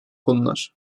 konular